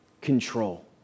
control